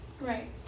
Right